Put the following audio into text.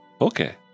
Okay